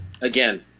Again